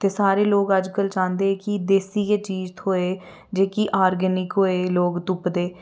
ते सारे लोक अज्जकल चांह्दे कि देसी गै चीज़ थ्होऐ जेह्की ऑर्गेनिक होऐ लोक तुप्पदे